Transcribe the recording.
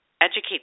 educate